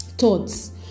Thoughts